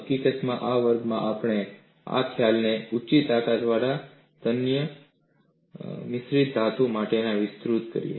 હકીકતમાં આ વર્ગમાં આપણે આ ખ્યાલને ઉચી તાકાતવાળા તન્ય મિશ્રિત ધાતુ માટે વિસ્તૃત કરીશું